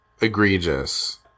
egregious